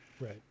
Right